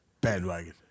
Bandwagon